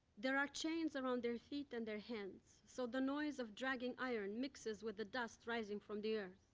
there are chains around their feet and their hands, so the noise of dragging iron mixes with the dust rising from the earth.